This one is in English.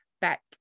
back